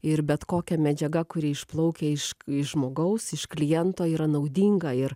ir bet kokia medžiaga kuri išplaukia iš žmogaus iš kliento yra naudinga ir